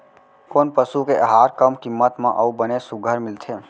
कोन पसु के आहार कम किम्मत म अऊ बने सुघ्घर मिलथे?